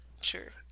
sure